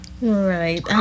Right